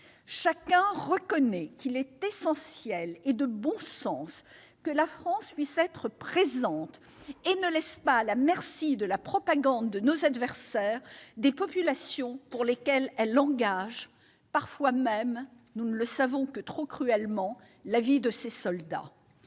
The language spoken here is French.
chacun reconnaît qu'il est essentiel et de bon sens que la France puisse être présente et ne laisse pas à la merci de la propagande de nos adversaires des populations pour lesquelles elle engage, parfois, la vie de ses soldats- nous ne le savons que trop cruellement ! Chacun s'agite,